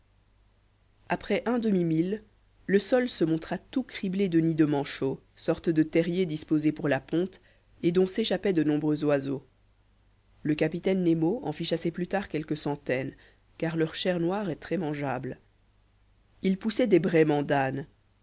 après un demi-mille le sol se montra tout criblé de nids de manchots sortes de terriers disposés pour la ponte et dont s'échappaient de nombreux oiseaux le capitaine nemo en fit chasser plus tard quelques centaines car leur chair noire est très mangeable ils poussaient des